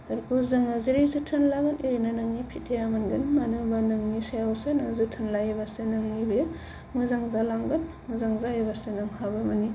फोरखौ जोङो जेरै जोथोन लागोन एरैनो नोंनि फिथाइआ मोनगोन मानो होनबा नोंनि सायावसो नों जोथोन लायोबासो माने बे मोजां जालांगोन मोजां जायोबासो नोंहाबो माने